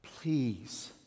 Please